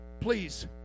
please